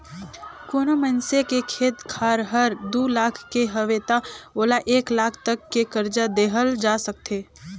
कोनो मइनसे के खेत खार हर दू लाख के हवे त ओला एक लाख तक के करजा देहल जा सकथे